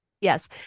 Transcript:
Yes